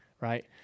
Right